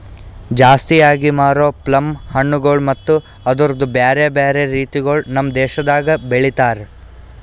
ಜಾಸ್ತಿ ಆಗಿ ಮಾರೋ ಪ್ಲಮ್ ಹಣ್ಣುಗೊಳ್ ಮತ್ತ ಅದುರ್ದು ಬ್ಯಾರೆ ಬ್ಯಾರೆ ರೀತಿಗೊಳ್ ನಮ್ ದೇಶದಾಗ್ ಬೆಳಿತಾರ್